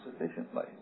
sufficiently